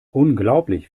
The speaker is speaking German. unglaublich